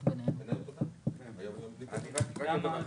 אנחנו יודעים שאין פתרונות.